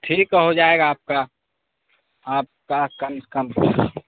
ٹھیک ہو جائے گا آپ کا آپ کا کل کام